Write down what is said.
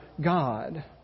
God